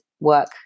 work